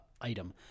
item